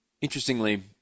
interestingly